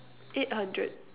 eight hundred